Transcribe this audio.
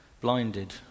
blinded